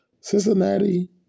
Cincinnati